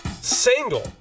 single